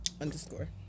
underscore